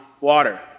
water